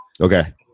Okay